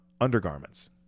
undergarments